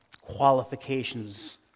qualifications